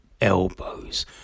elbows